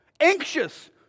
anxious